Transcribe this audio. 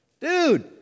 Dude